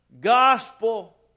gospel